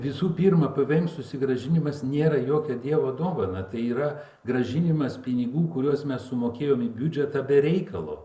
visų pirma pvm susigrąžinimas nėra jokio dievo dovana tai yra grąžinimas pinigų kuriuos mes sumokėjom į biudžetą be reikalo